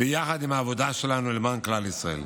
ביחד עם העבודה שלנו למען כלל ישראל.